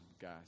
guys